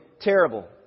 terrible